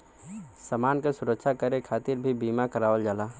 समान क सुरक्षा करे खातिर भी बीमा करावल जाला